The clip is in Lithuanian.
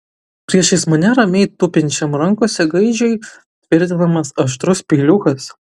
priešais mane ramiai tupinčiam rankose gaidžiui tvirtinamas aštrus peiliukas